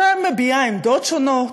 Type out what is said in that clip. שמביעה עמדות שונות,